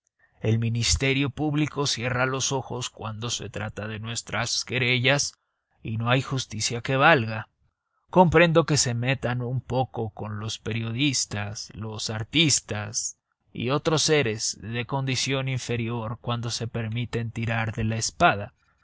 el ministerio público cierra los ojos cuando se trata de nuestras querellas y no hay justicia que valga comprendo que se metan un poco con los periodistas los artistas y otros seres de condición inferior cuando se permiten tirar de la espada